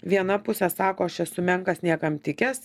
viena pusė sako aš esu menkas niekam tikęs